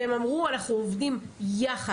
והם אמרו שהם עובדים ביחד.